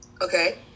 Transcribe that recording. okay